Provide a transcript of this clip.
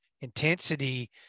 intensity